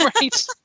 Right